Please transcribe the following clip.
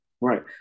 Right